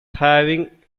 having